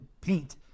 paint